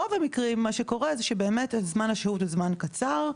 כשברוב המקרים מה שקורה שבאמת זמן השהות הוא זמן קצר.